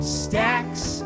stacks